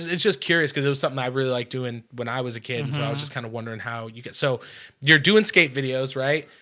it's just curious because it was something i really liked doing when i was a kid i was just kind of wondering how you get so you're doing skate videos, right?